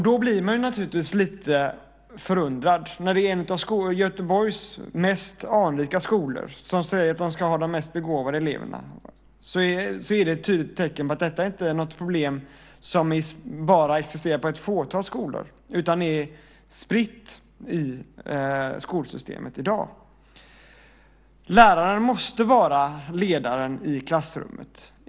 Då blir man naturligtvis lite förundrad, när det är en av Göteborgs mest anrika skolor där man säger att man ska ha de mest begåvade eleverna. Det är ett tydligt tecken på att detta inte är något problem som bara existerar på ett fåtal skolor. Det är spritt i skolsystemet i dag. Läraren måste vara ledaren i klassrummet.